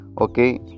okay